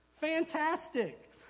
Fantastic